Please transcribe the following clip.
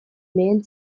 lehen